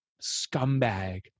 scumbag